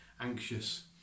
anxious